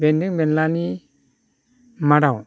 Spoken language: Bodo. बेन्दों बेनलानि मादाव